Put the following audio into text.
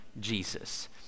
Jesus